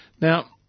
Now